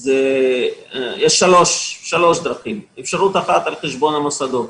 היא על חשבון המוסדות.